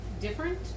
different